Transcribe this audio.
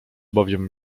bowiem